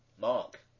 Mark